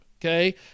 okay